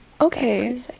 Okay